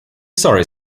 sorry